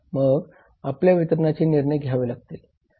मग आपल्याला वितरणाचे निर्णय घ्यावे लागतील